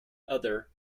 other